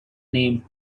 name